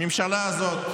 הממשלה הזאת,